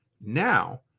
Now